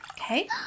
Okay